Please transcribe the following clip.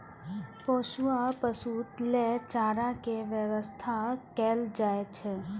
पोसुआ पशु लेल चारा के व्यवस्था कैल जाइ छै